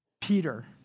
Peter